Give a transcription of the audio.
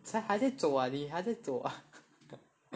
!chey! 还在走啊你还得走啊